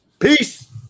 Peace